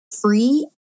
free